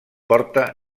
porta